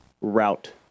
route